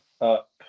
up